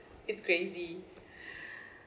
it's crazy